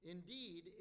Indeed